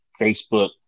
Facebook